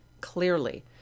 clearly